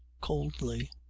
coldly,